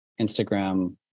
Instagram